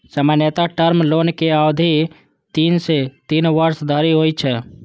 सामान्यतः टर्म लोनक अवधि तीन सं तीन वर्ष धरि होइ छै